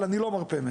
אבל אני לא מרפה ממנו.